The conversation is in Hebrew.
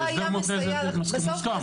הסדר מותנה זה מוסכם.